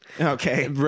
Okay